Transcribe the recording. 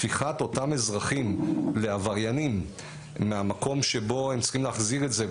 הפיכת אותם אזרחים לעבריינים מהמקום שבו הם צריכים להחזיר את זה,